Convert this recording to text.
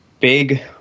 big